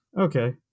Okay